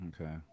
Okay